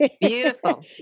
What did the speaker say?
Beautiful